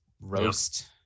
roast